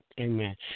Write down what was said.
Amen